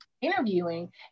interviewing